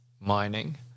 mining